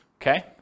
okay